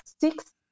six